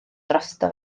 drosto